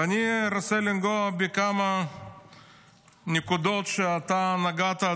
ואני רוצה לנגוע בכמה נקודות שאתה נגעת,